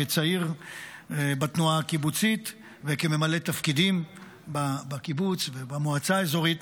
כצעיר בתנועה הקיבוצית וכממלא תפקידים בקיבוץ ובמועצה האזורית,